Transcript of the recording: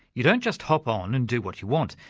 you don't just hop on and do what you want.